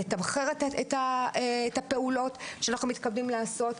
לתמחר את הפעולות שאנחנו מתכוונים לעשות,